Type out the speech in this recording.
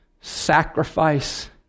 sacrifice